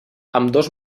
ambdós